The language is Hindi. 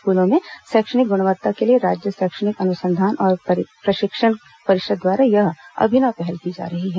स्कूलों में शैक्षणिक गुणवत्ता के लिए राज्य शैक्षणिक अनुसंधान और प्रशिक्षण परिषद द्वारा यह अभिनव पहल की जा रही है